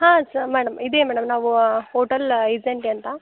ಹಾಂ ಸ ಮೇಡಮ್ ಇದೆ ಮೇಡಮ್ ನಾವು ಹೋಟಲ್ ಅಂತ